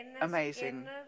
amazing